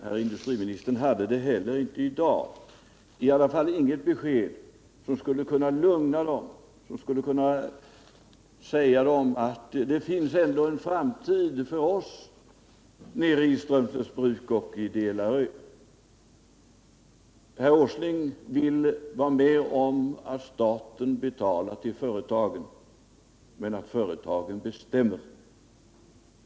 Herr industriministern hade det inte heller i dag, i varje fall inget besked som skulle kunna lugna dem, som skulle kunna säga att det finns ändå en framtid för dem nere i Strömsnäs bruk och i Delary. Herr Åsling vill vara med om att staten betalar till företagen men att företagen bestämmer.